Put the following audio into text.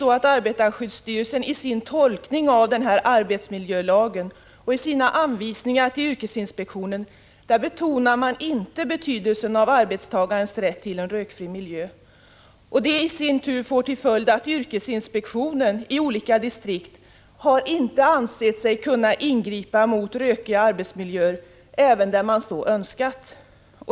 I arbetarsskyddstyrelsens tolkning av arbetsmiljölagen och i arbetarskyddsstyrelsens anvisningar till yrkesinspektionen betonas inte betydelsen av arbetstagarens rätt till en rökfri miljö. Detta får till följd att yrkesinspektionen i olika distrikt inte har ansett sig kunna ingripa mot rökiga arbetsmiljöer ens i de fall då man så önskat.